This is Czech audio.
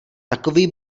takový